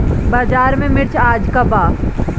बाजार में मिर्च आज का बा?